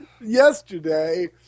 Yesterday